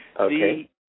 Okay